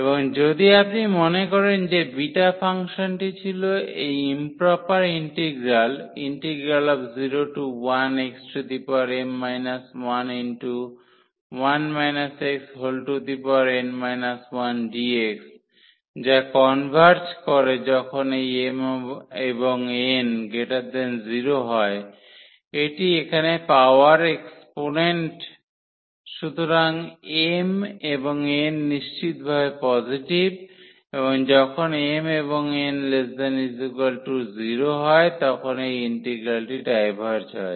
এবং যদি আপনি মনে করেন যে বিটা ফাংশনটি ছিল এই improper integral 01xm 11 xn 1dx যা কনভার্জ করে যখন এই mn0 হয় এটি এখানে পাওয়ার এক্সপোনেন্ট সুতরাং m এবং n নিশ্চিতভাবে পজিটিভ এবং যখন mn≤0 হয় তখন এই ইন্টিগ্রালটি ডাইভার্জ হয়